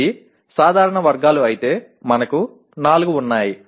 ఇది సాధారణ వర్గాలు అయితే మనకు 4 ఉన్నాయి